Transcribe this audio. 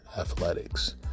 athletics